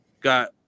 got